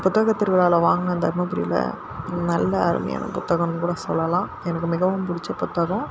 புத்தகத்தை திருவிழாவில் வாங்கினேன் தருமபுரியில் நல்ல அருமையான புத்தகம்னு கூட சொல்லலாம் எனக்கு மிகவும் பிடிச்ச புத்தகம்